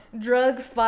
drugs